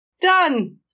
done